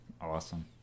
Awesome